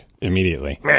immediately